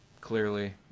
clearly